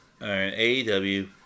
AEW